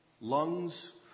lungs